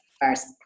first